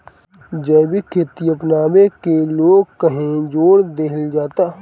जैविक खेती अपनावे के लोग काहे जोड़ दिहल जाता?